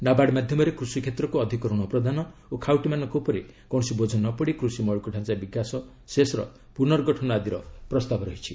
NABARD ମାଧ୍ୟମରେ କୃଷିକ୍ଷେତ୍ରକୁ ଅଧିକ ଋଣ ପ୍ରଦାନ ଓ ଖାଉଟିମାନଙ୍କ ଉପରେ କୌଣସି ବୋଝ ନ ପଡ଼ି କୃଷି ମୌଳିକଡାଞ୍ଚା ବିକାଶ ସେସ୍ ର ପୁନର୍ଗଠନ ଆଦିର ପ୍ରସ୍ତାବ ରହିଛି